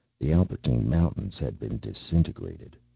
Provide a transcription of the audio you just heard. the albertine mountains had been disintegrated.